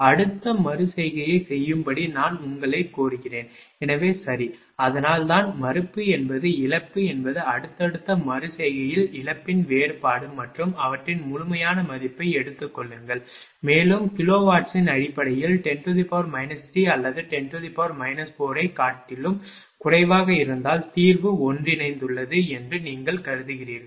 அடுத்த மறு செய்கையை செய்யும்படி நான் உங்களைக் கோருகிறேன் எனவே சரி அதனால் தான் மறுப்பு என்பது இழப்பு என்பது அடுத்தடுத்த மறு செய்கையில் இழப்பின் வேறுபாடு மற்றும் அவற்றின் முழுமையான மதிப்பை எடுத்துக் கொள்ளுங்கள் மேலும் கிலோவாட்ஸின் அடிப்படையில் 10 3அல்லது 10 4 ஐக் காட்டிலும் குறைவாக இருந்தால் தீர்வு ஒன்றிணைந்துள்ளது என்று நீங்கள் கருதுகிறீர்கள்